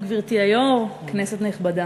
גברתי היושבת-ראש, שלום, כנסת נכבדה,